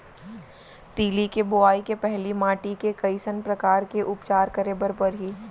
तिलि के बोआई के पहिली माटी के कइसन प्रकार के उपचार करे बर परही?